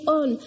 on